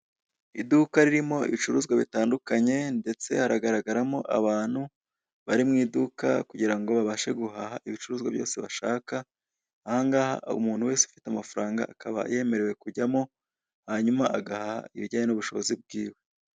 Iduka ririmo ibicuruzwa bitandukanye ndetse haragaragaramo abantu bari mu iduka kugira ngo babashe guhaha ibicuruzwa byose bashaka, ahangaha umuntu wese umuntu wese ufite amafaranga akaba yemerewe kujyamo hanyuma agahaha ibijyanye n'ubushobozi bw'iwe.